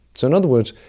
so in other words,